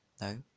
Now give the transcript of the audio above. no